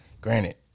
granted